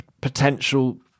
potential